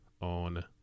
on